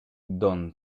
don